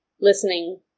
listening